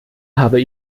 habe